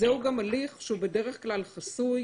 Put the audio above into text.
זהו גם הליך שהוא בדרך כלל חסוי,